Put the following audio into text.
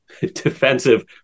defensive